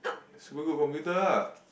super good computer ah